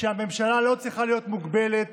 שהממשלה לא צריכה להיות מוגבלת